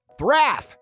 Thraff